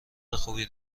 خوبی